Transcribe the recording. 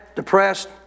Depressed